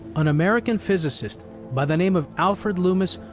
an american physicist by the name of alfred loomis,